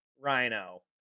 Rhino